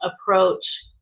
approach